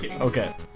Okay